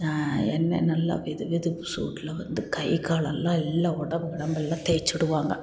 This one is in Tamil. எண்ணெய் நல்லா வெது வெதுப்பு சூட்டில் வந்து கை கால்லெல்லாம் எல்லாம் உடம்பெல்லாம் தேய்ச்சுவுடுவாங்க